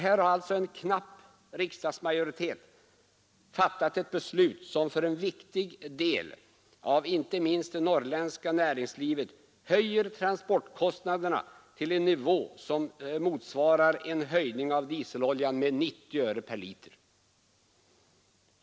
Här har alltså en knapp riksdagsmajoritet fattat ett beslut, som för en viktig del av inte minst det norrländska näringslivet höjer transportkostnaderna till en nivå som motsvarar en höjning av priset på dieseloljan med 90 öre per liter.